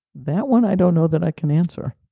that one i don't know that i can answer.